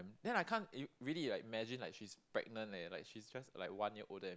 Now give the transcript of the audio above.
then I can't i~ really like imagine like she's pregnant leh like she's just like one year older than